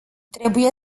trebuie